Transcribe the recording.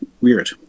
weird